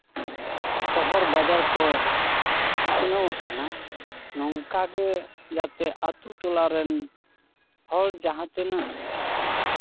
ᱥᱚᱦᱚᱨ ᱵᱟᱡᱟᱨ ᱠᱚ ᱩᱛᱱᱟᱹᱣ ᱟᱠᱟᱱᱟ ᱱᱚᱝᱠᱟ ᱜᱮ ᱡᱟᱛᱮ ᱟᱛᱳ ᱴᱚᱞᱟ ᱨᱮᱱ ᱦᱚᱲ ᱡᱟᱦᱟᱸ ᱛᱤᱱᱟᱹᱜ